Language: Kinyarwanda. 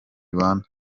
rwanda